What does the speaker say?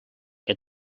què